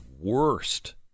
worst